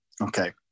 okay